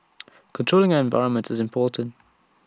controlling our environment is important